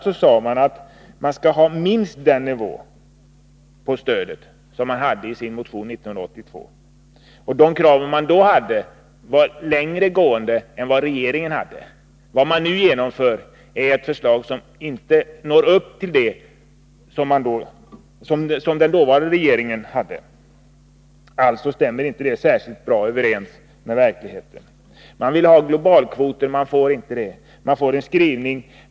sade motionärerna att stödet skall ligga på minst den nivå som föreslogs i en motion från socialdemokratiskt håll 1982. Och de krav som då framfördes gick längre än regeringens förslag. Vad man nu vill genomföra är något som inte ens når upp till vad den dåvarande regeringen föreslog. Alltså stämmer detta inte särskilt bra överens med verkligheten. Man vill ha globalkvoter — man får inte det, utan man får endast en viss skrivning.